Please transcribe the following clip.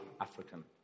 African